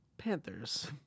Panthers